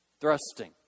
Thrusting